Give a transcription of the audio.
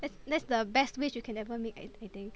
that that's the best wish you can ever make I I think